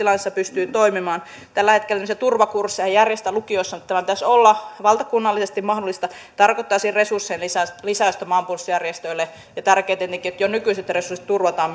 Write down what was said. tällaisessa tilanteessa pystyy toimimaan tällä hetkellä tämmöisiä turvakursseja järjestetään lukioissa mutta tämän pitäisi olla valtakunnallisesti mahdollista se tarkoittaisi resurssien lisäystä lisäystä maanpuolustusjärjestöille ja on tärkeätä tietenkin että jo nykyiset resurssit turvataan